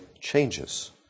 changes